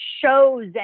shows